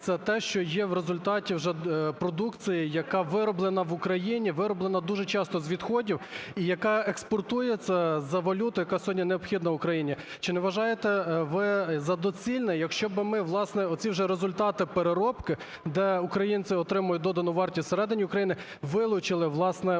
це те, що є в результаті вже продукції, яка вироблена в Україні, вироблена дуже часто з відходів, і яка експортується за валюту, яка сьогодні необхідна Україні. Чи не вважаєте ви за доцільне, якщо би ми, власне, оці вже результати переробки, де українці отримують додану вартість в середині України, вилучили от, власне, от гранул,